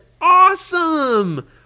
awesome